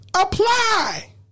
Apply